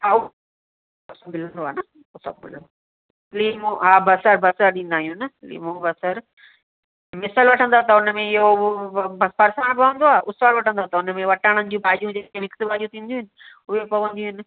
भाऊ सभु मिलंदो आहे न सभु कुझु लीमो आहे बसरु बसरु ॾींदा आहियूं न लीमो बसरु मिसल वठंदव त हुनमें इहो बसरु पवन्दो आहे उसल वठंदो त हुनमें वटाणनि जी भाॼियूं पवन्दी आहिनि जेके मिक्स वारियूं थींदियूं आहिनि उहे पवंदियूं आहिनि